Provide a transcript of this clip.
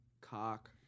Cock